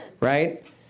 right